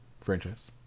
Franchise